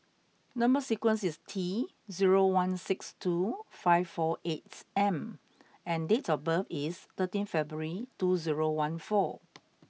number sequence is T zero one six two five four eight M and date of birth is thirteen February two zero one four